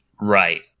Right